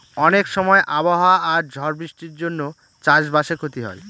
অনেক সময় আবহাওয়া আর ঝড় বৃষ্টির জন্য চাষ বাসে ক্ষতি হয়